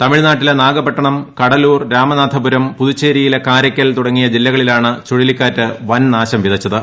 തമിഴ്നാട്ടിലെ നാഗപട്ടണം കടലൂർ രാമനാഥപൂരം പുതുച്ചേരിയിലെ കാരയ്ക്കൽ തുടങ്ങിയ ജില്ലകളിലാണ് ചുഴലിക്കാറ്റ് വൻ നാശംവിതച്ചത്